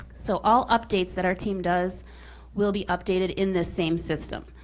so all updates that our team does will be updated in this same system.